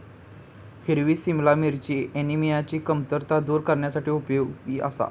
हिरवी सिमला मिरची ऍनिमियाची कमतरता दूर करण्यासाठी उपयोगी आसा